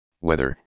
weather